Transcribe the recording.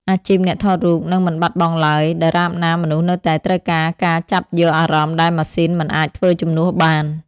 អាជីពអ្នកថតរូបនឹងមិនបាត់បង់ឡើយ ដរាបណាមនុស្សនៅតែត្រូវការការចាប់យកអារម្មណ៍ដែលម៉ាស៊ីនមិនអាចធ្វើជំនួសបាន។